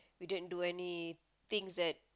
we didn't do any things that